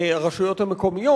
הרשויות המקומיות.